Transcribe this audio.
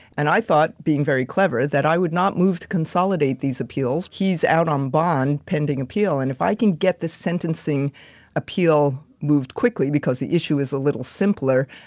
and i thought being very clever that i would not move to consolidate these appeals. he's out on bond pending appeal. and if i can get the sentencing appeal moved quickly, because the issue is a little simpler,